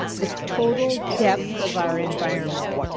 the total depth of our environment.